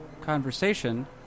conversation